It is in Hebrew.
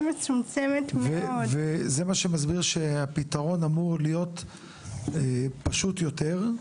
זה מה שמסביר שהפתרון אמור להיות פשוט יותר.